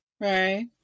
right